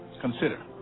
Consider